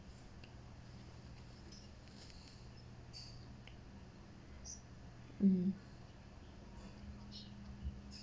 mm